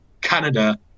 Canada